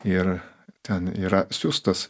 ir ten yra siųstas